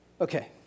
Okay